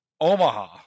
Omaha